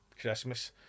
Christmas